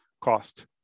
cost